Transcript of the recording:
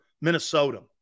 Minnesota